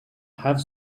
have